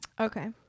Okay